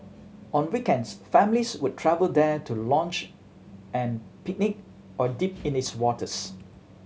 on weekends families would travel there to lounge and picnic or dip in its waters